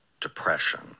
depression